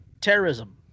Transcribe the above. terrorism